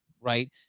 right